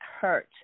hurt